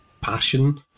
passion